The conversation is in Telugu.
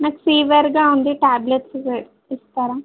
నాకు ఫీవర్గా ఉంది ట్యాబ్లెట్స్ ఇస్తారా